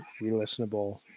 re-listenable